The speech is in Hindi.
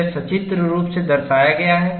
यह सचित्र रूप से दर्शाया गया है